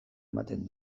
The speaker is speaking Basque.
ematen